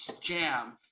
jam